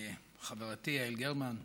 חברתי יעל גרמן,